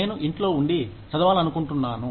నేను ఇంట్లో ఉండి చదవాలనుకుంటున్నాను